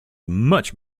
much